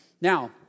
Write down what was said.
Now